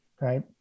right